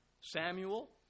Samuel